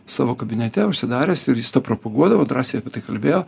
savo kabinete užsidaręs ir jis to propaguodavo drąsiai apie tai kalbėjo